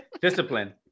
Discipline